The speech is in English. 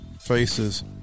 faces